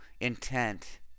intent